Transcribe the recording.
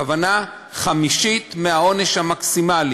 הכוונה: חמישית מהעונש המקסימלי.